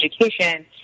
education